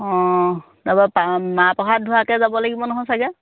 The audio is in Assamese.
অঁ মাহ প্ৰসাদ ধোৱাকে যাব লাগিব চাগৈ